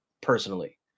personally